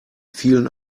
vielen